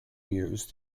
use